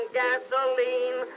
gasoline